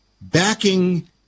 backing